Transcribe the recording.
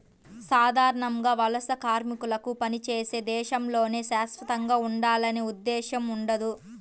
సాధారణంగా వలస కార్మికులకు పనిచేసే దేశంలోనే శాశ్వతంగా ఉండాలనే ఉద్దేశ్యం ఉండదు